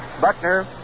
Buckner